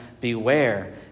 Beware